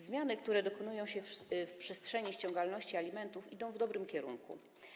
Zmiany, które dokonują się w przestrzeni ściągalności alimentów, idą w dobrym kierunku.